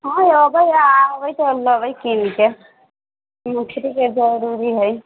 हँ एबै आ एबै तऽ लेबै किन के जरुरी हय